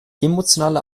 emotionale